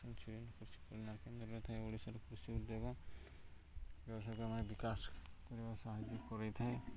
କୃଷି କଲାକିନା ଓଡ଼ିଶାରେ କୃଷି ଉଦ୍ୟୋଗ ବ୍ୟବସାୟ ବିକାଶ କରିବା ସାହାଯ୍ୟ କରାଇ ଥାଏ